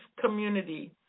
community